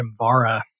Jimvara